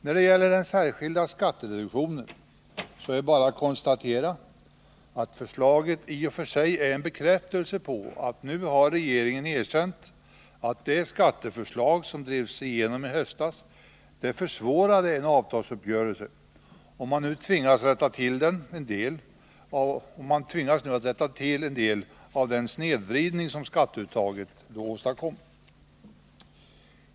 När det gäller den särskilda skattereduktionen, så är det bara att konstatera att förslaget i och för sig är en bekräftelse på att nu har regeringen erkänt att det skatteförslag som drevs igenom i höstas försvårade en avtalsuppgörelse, och man tvingas nu rätta till en del av den snedvridning av skatteuttaget som då åstadkoms.